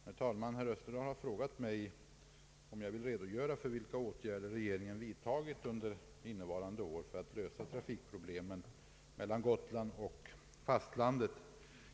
Herr talman! Herr Österdahl har frågat mig om jag vill redogöra för vilka åtgärder regeringen vidtagit under innevarande år för att lösa trafikproblemen mellan Gotland och fastlandet.